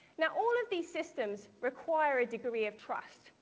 now all of these systems require a degree of trust,